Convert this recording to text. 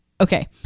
okay